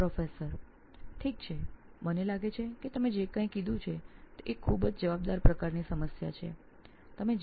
પ્રાધ્યાપક હું માનું છું કે આપે ખૂબ જવાબદારીવળી સમસ્યા લીધી છે